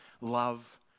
love